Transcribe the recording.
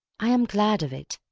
i am glad of it.